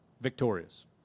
victorious